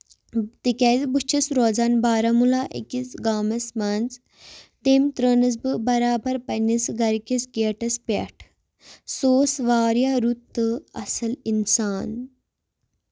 تِکیازِ بہٕ چھَس روزان بارامولہ أکِس گامَس منٛز تٔمۍ ترٲونَس بہٕ برابر پنٕنس گرٕکِس گیٹس پٮ۪ٹھ سُہ اوس واریاہ رُت تہٕ اَصٕل اِنسان